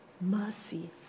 mercy